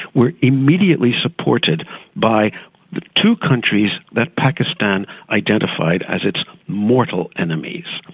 were immediately supported by the two countries that pakistan identified as its mortal enemies,